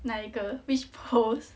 哪一个 which post